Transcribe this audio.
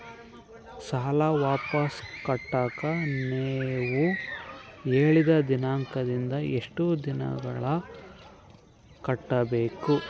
ಸಾಲ ವಾಪಸ್ ಕಟ್ಟಕ ನೇವು ಹೇಳಿದ ದಿನಾಂಕದಿಂದ ಎಷ್ಟು ದಿನದೊಳಗ ಕಟ್ಟಬೇಕು?